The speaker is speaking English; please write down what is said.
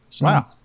Wow